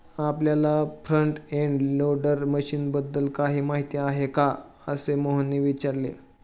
आपल्याला front end loader मशीनबद्दल काही माहिती आहे का, असे मोहनने विचारले?